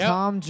Tom